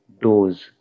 dose